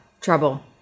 Trouble